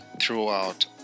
throughout